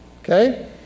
Okay